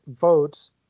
votes